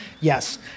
Yes